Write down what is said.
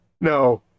no